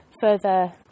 further